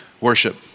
Worship